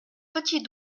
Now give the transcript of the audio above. petit